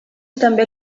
també